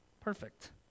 Perfect